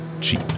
cheap